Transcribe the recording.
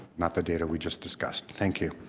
not the data we just discussed. thank you.